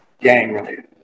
gang-related